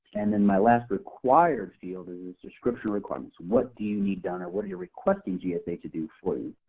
and then my last required field in this description requirements, what do you need done, or what are you requesting gsa to do for you?